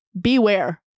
Beware